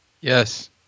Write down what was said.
Yes